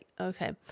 okay